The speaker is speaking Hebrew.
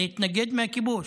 להתנגד לכיבוש,